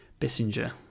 Bissinger